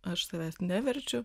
aš savęs neverčiu